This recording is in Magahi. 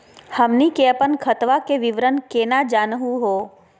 हमनी के अपन खतवा के विवरण केना जानहु हो?